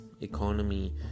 economy